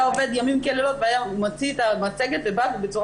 עובד ימים כלילות והיה מוציא את המצגת ובא ובצורה